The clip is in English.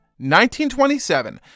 1927